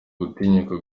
gutinyuka